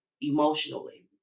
emotionally